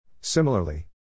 Similarly